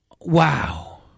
Wow